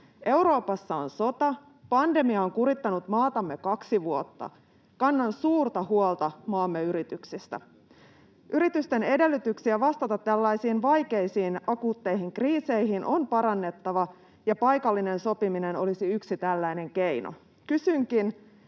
Euroopassa on sota, pandemia on kurittanut maatamme kaksi vuotta. Kannan suurta huolta maamme yrityksistä. Yritysten edellytyksiä vastata tällaisiin vaikeisiin akuutteihin kriiseihin on parannettava, ja paikallinen sopiminen olisi yksi tällainen keino. Kysynkin: